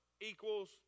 equals